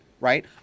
right